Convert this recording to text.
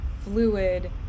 fluid